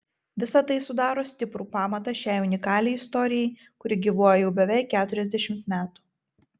visa tai sudaro stiprų pamatą šiai unikaliai istorijai kuri gyvuoja jau beveik keturiasdešimt metų